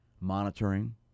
monitoring